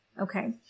Okay